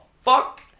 fuck